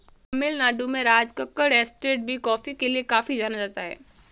तमिल नाडु में राजकक्कड़ एस्टेट भी कॉफी के लिए काफी जाना जाता है